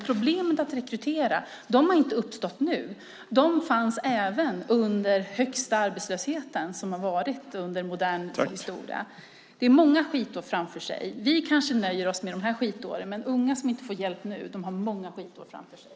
Problemet med att rekrytera har inte uppstått nu. Det fanns även under den högsta arbetslöshet som har varit i modern tid. Man har många skitår framför sig. Vi kanske nöjer oss med de här skitåren, men unga som inte får hjälp nu har många skitår framför sig.